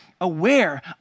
aware